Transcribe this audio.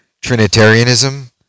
Trinitarianism